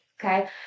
Okay